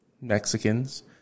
Mexicans